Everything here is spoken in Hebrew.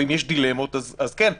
ואם יש דילמות אז צריך להתייעץ.